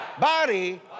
body